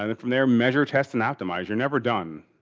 and from there measure, test, and optimize. you're never done,